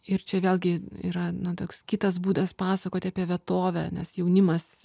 ir čia vėlgi yra toks kitas būdas pasakoti apie vietovę nes jaunimas